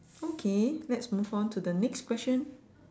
okay let's move on to the next question